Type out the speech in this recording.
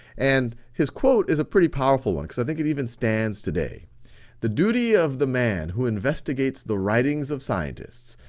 and his quote is a pretty powerful one, cause i think it even stands today the duty of the man who investigates the writings of scientists,